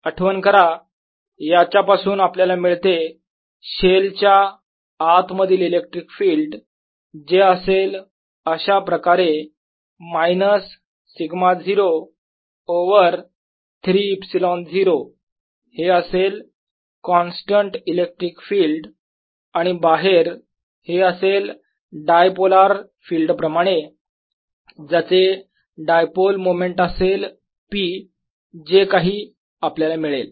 आठवण करा याच्या पासून आपल्याला मिळते शेल च्या आत मधील इलेक्ट्रिक फिल्ड जे असेल अशाप्रकारे मायनस σ0 ओवर 3 ε0 हे असेल कॉन्स्टंट इलेक्ट्रिक फील्ड आणि बाहेर हे असेल डायपोलार फिल्ड प्रमाणे ज्याचे डायपोल मोमेंट असेल p जे काही आपल्याला मिळेल